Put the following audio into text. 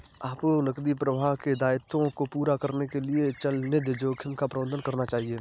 आपको नकदी प्रवाह के दायित्वों को पूरा करने के लिए चलनिधि जोखिम का प्रबंधन करना चाहिए